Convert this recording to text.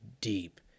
deep